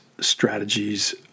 strategies